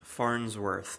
farnsworth